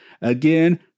Again